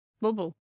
Bubble